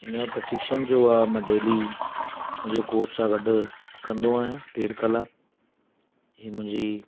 हिनजो प्रशिक्षण जो आहे मां डेली मुंहिंजे कोच सां गॾु कंदो आहियां ॾेढु कलाकु इहे मुंहिंजी